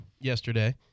yesterday